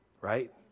Right